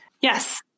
Yes